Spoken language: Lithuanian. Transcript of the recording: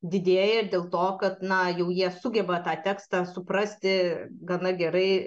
didėja dėl to kad na jau jie sugeba tą tekstą suprasti gana gerai